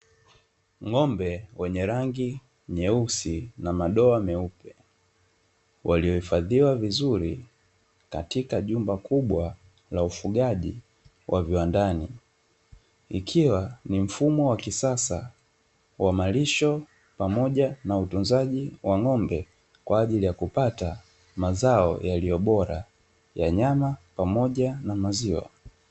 Ng'ombe wenye rangi nyeusi na madoa meupe. waliohifadhiwa katika jumba kubwa la ufugaji wa viwandani, ikiwa ni mfumo wa kisasa wa malisho pamoja na utunzaji wa ng'ombe kwa ajili ya kupata mazao yaliyo bora ya nyama pamoja na maziwa.